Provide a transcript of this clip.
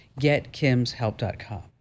getkimshelp.com